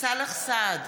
סאלח סעד,